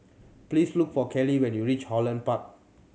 please look for Kelli when you reach Holland Park